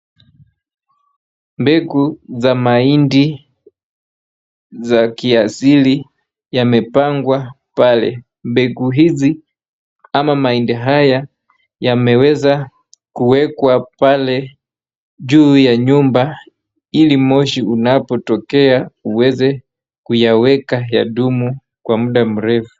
Mbegu za mahindi za kiasili yamepangwa pale. Mbegu hizi ama mahindi haya yameweza kuekwa pale juu ya nyumba ili moshi inapotokea iweze kuyaseka kudumu kwa muda mrefu.